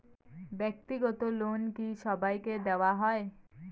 ব্যাক্তিগত লোন কি সবাইকে দেওয়া হয়?